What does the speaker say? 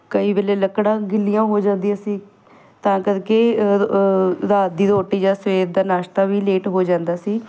ਕਈ ਵੇਲੇ ਲੱਕੜਾਂ ਗਿੱਲੀਆਂ ਹੋ ਜਾਂਦੀਆਂ ਸੀ ਤਾਂ ਕਰਕੇ ਰਾਤ ਦੀ ਰੋਟੀ ਜਾਂ ਸਵੇਰ ਦਾ ਨਸ਼ਤਾ ਵੀ ਲੇਟ ਹੋ ਜਾਂਦਾ ਸੀ